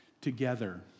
together